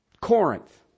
Corinth